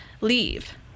leave